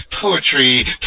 poetry